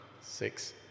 six